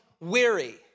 weary